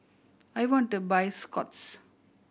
I want to buy Scott's